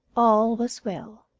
all was well.